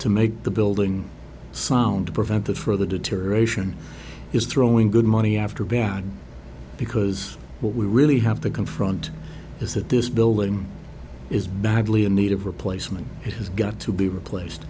to make the building sound to prevent the further deterioration is throwing good money after bad because what we really have to confront is that this building is badly in need of replacement it has got to be replaced